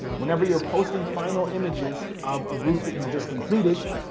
whenever you're posting final images of a roof that you've just completed,